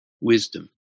wisdom